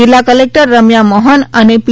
જિલ્લા કલેક્ટર રમ્યા મોહન અને પી